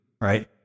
right